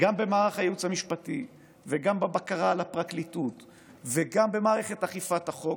גם במערך הייעוץ המשפטי וגם בבקרה לפרקליטות וגם במערכת אכיפת החוק,